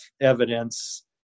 evidence